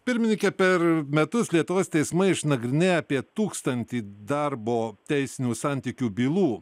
pirmininke per metus lietuvos teismai išnagrinėja apie tūkstantį darbo teisinių santykių bylų